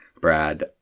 brad